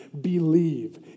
believe